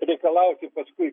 reikalauti paskui